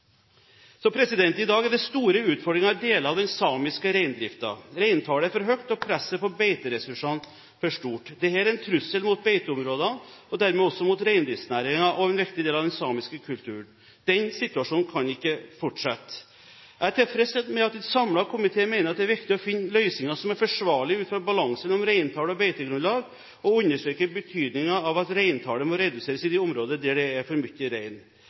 I dag er det store utfordringer i deler av den samiske reindriften. Reintallet er for høyt og presset på beiteressursene for stort. Dette er en trussel mot beiteområdene, og dermed også mot reindriftsnæringen og en viktig del av den samiske kulturen. Denne situasjonen kan ikke fortsette. Jeg er tilfreds med at en samlet komité mener at det er viktig å finne løsninger som er forsvarlige ut fra balanse mellom reintall og beitegrunnlag, og understreker betydningen av at reintallet må reduseres i de områdene der det er for mye rein.